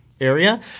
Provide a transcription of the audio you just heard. area